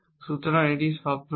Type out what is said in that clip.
সুতরাং এটি শব্দ নয়